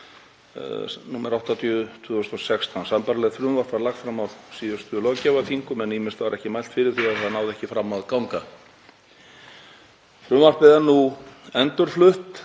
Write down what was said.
nr. 80/2016. Sambærilegt frumvarp var lagt fram á síðustu löggjafarþingum en ýmist var ekki mælt fyrir því eða það náði ekki fram að ganga. Frumvarpið er nú endurflutt